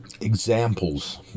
examples